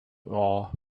ore